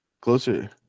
closer